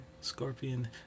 Scorpion